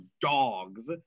dogs